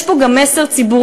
יש פה גם מסר ציבורי.